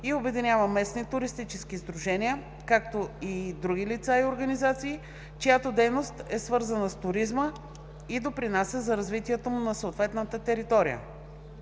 и обединява местни туристически сдружения, както и други лица и организации, чиято дейност е свързана с туризма и допринася за развитието му на съответната територия.“